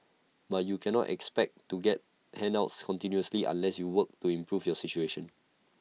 but you cannot expect to get handouts continuously unless you work to improve your situation